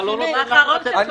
אתה לא נותן לתת תשובה.